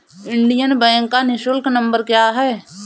Indian bank का निःशुल्क number क्या है?